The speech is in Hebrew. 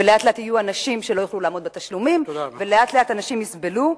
ולאט-לאט יהיו אנשים שלא יוכלו לעמוד בתשלומים ולאט-לאט אנשים יסבלו.